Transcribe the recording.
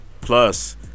Plus